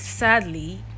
Sadly